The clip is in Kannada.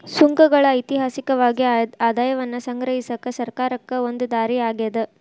ಸುಂಕಗಳ ಐತಿಹಾಸಿಕವಾಗಿ ಆದಾಯವನ್ನ ಸಂಗ್ರಹಿಸಕ ಸರ್ಕಾರಕ್ಕ ಒಂದ ದಾರಿ ಆಗ್ಯಾದ